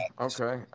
okay